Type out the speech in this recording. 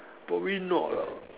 probably not lah